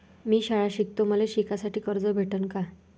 मी शाळा शिकतो, मले शिकासाठी कर्ज भेटन का?